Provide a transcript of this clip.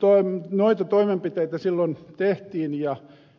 kun noita toimenpiteitä silloin tehtiin